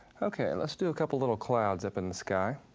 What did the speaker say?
okay, let's do a couple little clouds up in the sky.